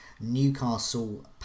Newcastle